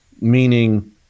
Meaning